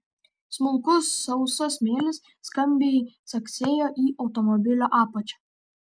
smulkus sausas smėlis skambiai caksėjo į automobilio apačią